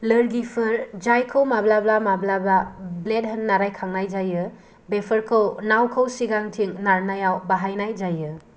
लोरगिफोर जायखौ माब्लाबा माब्लाबा ब्लेड होन्ना रायखांनाय जायो बेफोरखौ नावखौ सिगांथिं नारनायाव बाहायनाय जायो